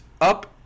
up